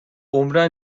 عمرا